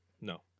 No